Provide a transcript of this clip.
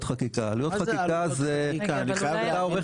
מה זה עלויות חקיקה אני חייב להבין?